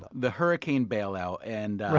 the hurricane bailout. and